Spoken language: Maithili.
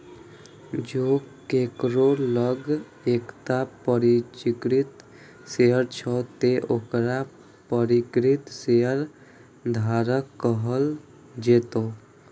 जों केकरो लग एकटा पंजीकृत शेयर छै, ते ओकरा पंजीकृत शेयरधारक कहल जेतै